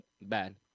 bad